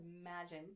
imagine